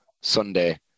Sunday